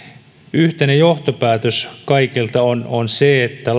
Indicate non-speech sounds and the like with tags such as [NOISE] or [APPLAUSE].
yhteinen johtopäätös kaikilla on se että [UNINTELLIGIBLE]